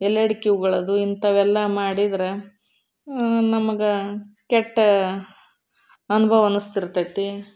ಎಲೆ ಅಡಿಕೆ ಉಗುಳೋದು ಇಂಥವೆಲ್ಲ ಮಾಡಿದ್ರೆ ನಮ್ಗೆ ಕೆಟ್ಟ ಅನುಭವ ಅನ್ನಿಸ್ತಿರ್ತೈತಿ